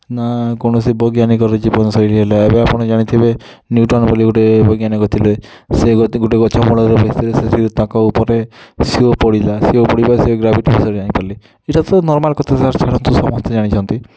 ନା କୌଣସି ବୈଜ୍ଞାନିକ ର ଜୀବନ ଶୈଳୀ ହେଲା ଏବେ ଆପଣ ଜାଣିଥିବେ ନ୍ୟୁଟନ୍ ବୋଲି ଗୋଟେ ଥିଲେ ସେ ଗୋଟେ ଗଛ ମୂଳରେ ବସିଥିଲେ ସେଠି ତାଙ୍କ ଉପରେ ସେଓ ପଡ଼ିଲା ସେଓ ପଡ଼ିଲା ସେ ଗ୍ରାଭିଟି ବିଷୟରେ ଜାଣି ପାରୁଥିଲେ ଏଟା ସବୁ ନର୍ମାଲ୍ କଥା ସାର୍ ସେ ବିଷୟରେ ସମସ୍ତେ ଜାଣିଛନ୍ତି